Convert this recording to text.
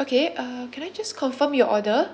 okay uh can I just confirm your order